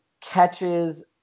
catches